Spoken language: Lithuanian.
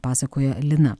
pasakojo lina